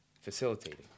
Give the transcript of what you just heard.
facilitating